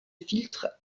filtre